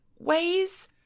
ways